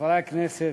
חברי הכנסת,